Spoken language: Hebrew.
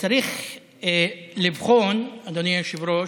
צריך לבחון, אדוני היושב-ראש,